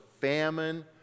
famine